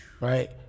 right